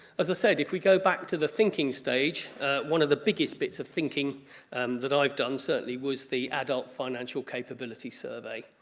as i said if we go back to the thinking stage one of the biggest bit of thinking that i've done certainly was the adult financial capability survey.